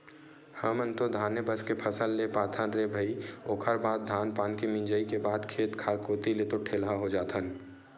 हमन तो धाने बस के फसल ले पाथन रे भई ओखर बाद धान पान के मिंजई के बाद खेत खार कोती ले तो ठेलहा हो जाथन